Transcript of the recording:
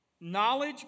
Knowledge